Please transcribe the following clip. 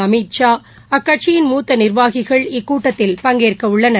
அமித் ஷா அக்கட்சியின் மூத்தநிர்வாகிகள் இக்கூட்டத்தில் பங்கேற்கஉள்ளனர்